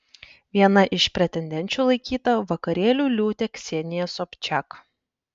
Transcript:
viena iš pretendenčių laikyta vakarėlių liūtė ksenija sobčiak